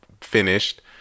finished